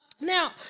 Now